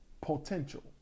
potential